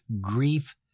grief